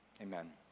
Amen